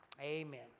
Amen